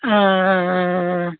ஆ ஆ ஆ ஆ ஆ